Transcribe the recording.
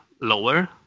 lower